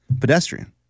Pedestrian